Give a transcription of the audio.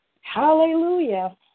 Hallelujah